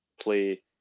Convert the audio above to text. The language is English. play